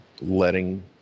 letting